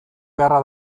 beharra